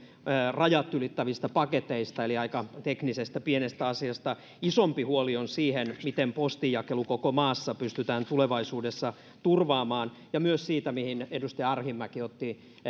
rajat ylittävistä paketeista eli aika teknisestä pienestä asiasta isompi huoli on siitä miten postinjakelu koko maassa pystytään tulevaisuudessa turvaamaan ja myös siitä mihin edustaja arhinmäki